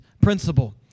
principle